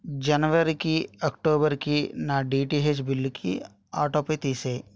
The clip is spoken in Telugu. జనవరికి అక్టోబర్కి నా డిటిహెచ్ బిల్లుకి ఆటోపే తీసేయి